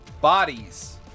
Bodies